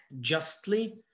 justly